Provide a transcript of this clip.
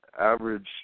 average